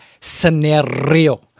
scenario